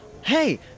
hey